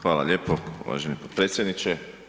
Hvala lijepo uvaženi potpredsjedniče.